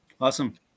awesome